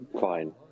fine